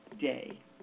day